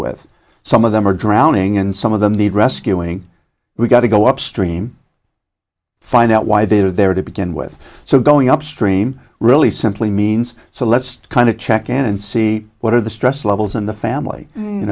with some of them are drowning and some of them need rescuing we've got to go upstream find out why they were there to begin with so going upstream really simply means so let's kind of check in and see what are the stress levels in the family you